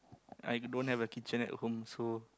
i don't have a kitchen at home so